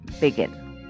begin